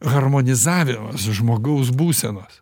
harmonizavimas žmogaus būsenos